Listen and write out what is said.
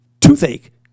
toothache